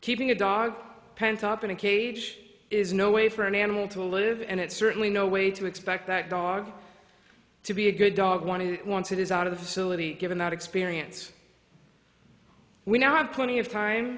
keeping a dog pent up in a cage is no way for an animal to live and it's certainly no way to expect that dog to be a good dog want it once it is out of the facility given that experience we now have plenty of time